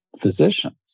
physicians